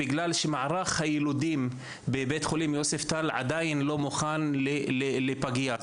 בגלל שמערך הילודים בבית חולים יוספטל עדיין לא מוכן לפגייה,